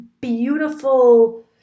beautiful